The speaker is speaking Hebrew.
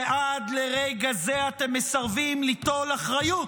שעד לרגע זה אתם מסרבים ליטול אחריות,